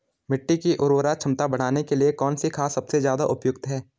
मिट्टी की उर्वरा क्षमता बढ़ाने के लिए कौन सी खाद सबसे ज़्यादा उपयुक्त है?